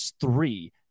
three